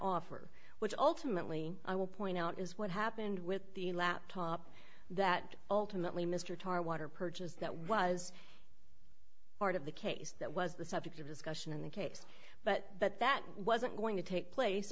offer which ultimately i will point out is what happened with the laptop that ultimately mr tarr water purchase that was part of the case that was the subject of discussion in the case but but that wasn't going to take place